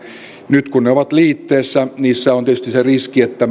nyt kun ne ovat liitteessä niissä on tietysti se riski että